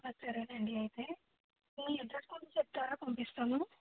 ఆ సరేనండి అయితే మీ అడ్రస్ కొంచెం చెప్తారా పంపిస్తాము